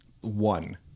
one